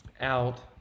out